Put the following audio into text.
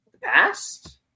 past